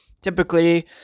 Typically